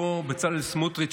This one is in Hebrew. אותו בצלאל סמוטריץ',